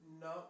No